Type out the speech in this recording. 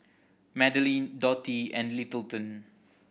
Madelyn Dottie and Littleton